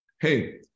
hey